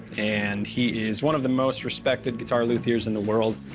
and he is one of the most respected guitar luthiers in the world.